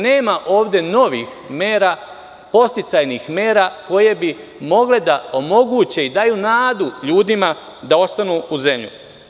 Nema ovde novih mera, podsticajnih mera, koje bi mogle da omoguće i daju nadu ljudima da ostanu u zemlji.